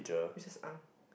Mrs Ang